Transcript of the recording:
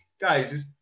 guys